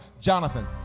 Jonathan